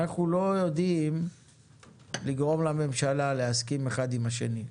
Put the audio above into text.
אנחנו לא יודעים לגרום לממשלה להסכים אחד עם השני.